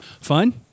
fun